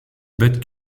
bêtes